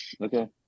Okay